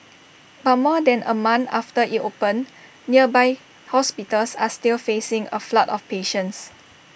but more than A month after IT opened nearby hospitals are still facing A flood of patients